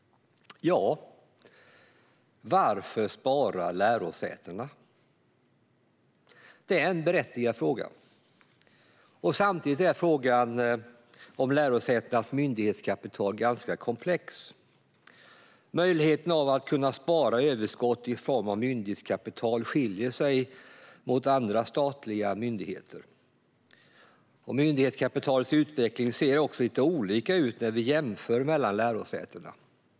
Varför sparar lärosätena? Det är en berättigad fråga. Samtidigt är frågan om lärosätenas myndighetskapital ganska komplex. Möjligheten att spara överskott i form av ett myndighetskapital skiljer sig mot andra statliga myndigheter. Myndighetskapitalets utveckling ser också lite olika ut när vi jämför mellan lärosätena.